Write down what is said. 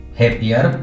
happier